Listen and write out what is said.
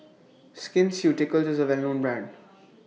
Skin Ceuticals IS A Well known Brand